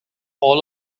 all